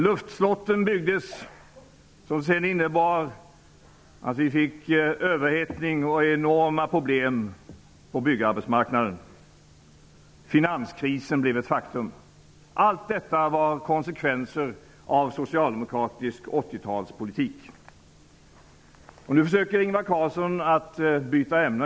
Luftslott byggdes, vilket innebar att vi fick överhettning och enorma problem på byggarbetsmarknaden. Finanskrisen blev ett faktum. Allt detta var konsekvenser av socialdemokratisk 80-talspolitik. Nu försöker Ingvar Carlsson byta ämne.